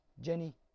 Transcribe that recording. Jenny